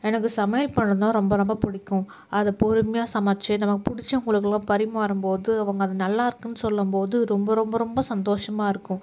எனக்கு சமையல் பண்ணுறதுனா ரொம்ப ரொம்ப பிடிக்கும் அதை பொறுமையா சமைச்சி நமக்கு பிடிச்சவங்களுக்குலாம் பரிமாறும்போது அவங்க அது நல்லாயிருக்குன்னு சொல்லும்போது ரொம்ப ரொம்ப ரொம்ப சந்தோஷமாக இருக்கும்